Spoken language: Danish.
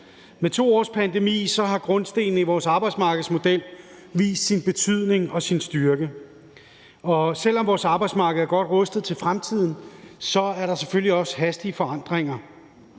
Med 2 års pandemi har grundstenen i vores arbejdsmarkedsmodel vist sin betydning og sin styrke, og selv om vores arbejdsmarked er godt rustet til fremtiden, mødes vi selvfølgelig også af hastige forandringer.